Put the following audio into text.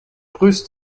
grüß